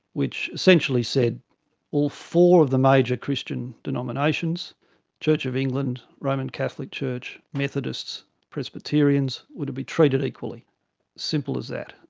which essentially said all four of the major christian denominations church of england, roman catholic church, methodists, presbyterians were to be treated equally, as simple as that.